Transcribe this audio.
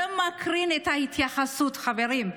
זה מקרין את ההתייחסות, חברים.